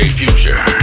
future